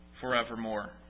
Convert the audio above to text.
forevermore